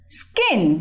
skin